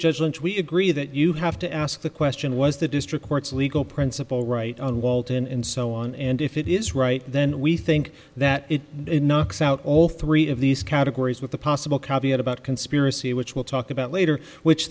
judgment we agree that you have to ask the question was the district court's legal principle right on walton and so on and if it is right then we think that it knocks out all three of these categories with the possible caveat about conspiracy which we'll talk about later which